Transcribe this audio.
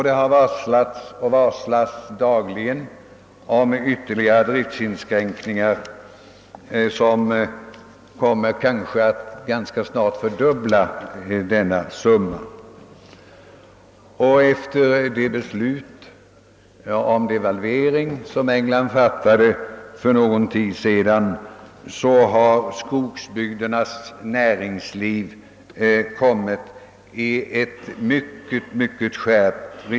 Dagligen varslas om ytterligare driftinskränkningar, som kanske ganska snart kommer att fördubbla det nämnda antalet. Efter det beslut om devalvering som England fattade för någon tid sedan har riskerna för skogsbygdernas näringsliv avsevärt skärpts.